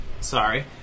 Sorry